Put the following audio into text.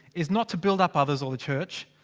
is not to build up others or the church.